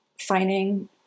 finding